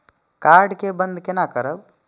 Card के बन्द केना करब?